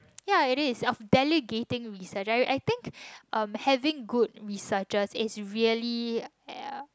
ya it is of delegating research I I think um having good researchers is really